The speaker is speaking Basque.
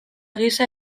gisa